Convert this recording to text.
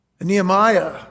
Nehemiah